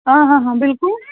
اَہ اَہ اَہ بِلکُل